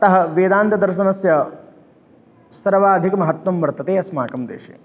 अतः वेदान्तदर्शनस्य सर्वाधिकमहत्त्वं वर्तते अस्माकं देशे